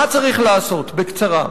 מה צריך לעשות, בקצרה?